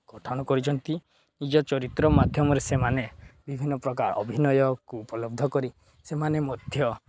ଗଠନ କରିଛନ୍ତି ନିଜ ଚରିତ୍ର ମାଧ୍ୟମରେ ସେମାନେ ବିଭିନ୍ନପ୍ରକାର ଅଭିନୟକୁ ଉପଲବ୍ଧ କରି ସେମାନେ ମଧ୍ୟ